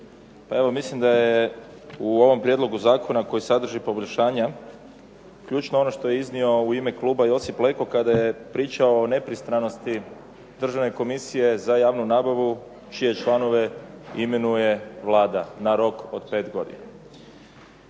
pa evo mislim da je u ovom prijedlogu zakona koji sadrži poboljšanja ključno ono što je iznio u ime kluba Josip Leko kada je pričao o nepristranosti Državne komisije za javnu nabavu čije članove imenuje Vlada na rok od pet godina.